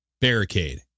barricade